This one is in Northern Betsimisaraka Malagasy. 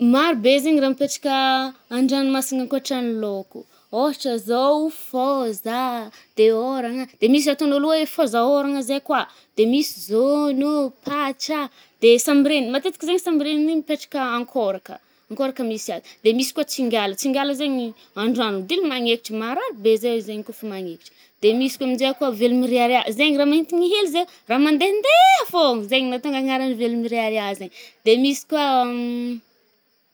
Maro be zaigny raha mipetraka an-dranomasina ankôtrany lôko. Ohatra zao fôza ah, de ôrana ah, de misy le atôn’ôlo hoe fôza ôrana zay kôa, de misy zaono ôh, patsà ah, de sambireny, matetiky zaigny sambiregny igny mipetraka ankôraka, ankôraka misy azy. De misy kôa tsingala, tsingala zaigny an-drano dila magnekitry marary be zay zaigny kôfa magnekitra. De misy kô-aminje kôa velomirearea. zaigny raha mahintigny hely zay, raha mandendeha fôgna, zaigny matônga anaragny velomirearea zaigny. De misy kôa.